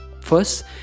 First